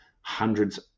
hundreds